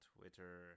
Twitter